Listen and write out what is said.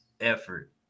effort